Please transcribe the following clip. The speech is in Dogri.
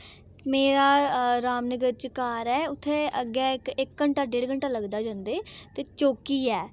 मेरा रामनगर च घर उत्थें अग्गें ऐ इक इक घैंटा डेढ घैंटा लगदा जंदे ते चौकी ऐ